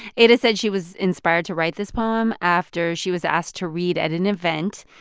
ada said she was inspired to write this poem after she was asked to read at an event,